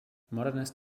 modernist